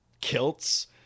kilts